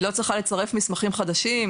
היא לא צריכה לצרף מסמכים חדשים,